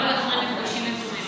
אם לא יוצרים מפגשים יזומים,